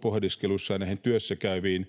pohdiskelussaan näihin työssäkäyviin